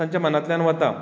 ताच्या मनांतल्यान वता